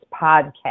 podcast